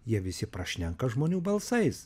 jie visi prašnenka žmonių balsais